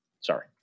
Sorry